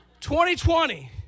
2020